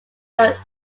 but